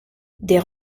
des